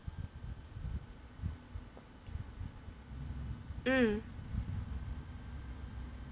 um